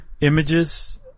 images